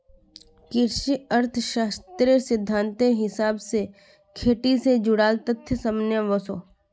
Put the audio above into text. कृषि अर्थ्शाश्त्रेर सिद्धांतेर हिसाब से खेटी से जुडाल तथ्य सामने वोसो